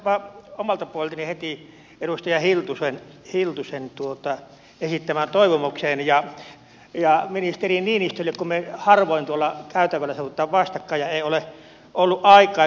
vastaan omalta puoleltani heti edustaja hiltusen esittämään toivomukseen ja ministeri niinistölle koska me harvoin tuolla käytävällä satumme vastakkain ja ei ole ollut aikaa kysyä